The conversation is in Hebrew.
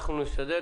אנחנו נשתדל.